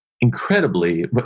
incredibly